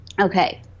Okay